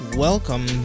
Welcome